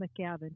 McGavin